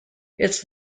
its